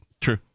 True